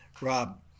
rob